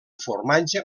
formatge